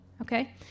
okay